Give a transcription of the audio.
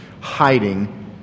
hiding